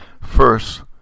First